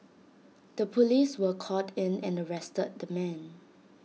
the Police were called in and arrested the man